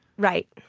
right.